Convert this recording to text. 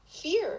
fear